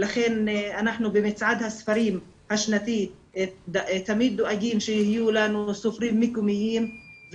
לכן אנחנו במצעד הספרים השנתי תמיד דואגים שיהיו לנו סופרים מקומיים.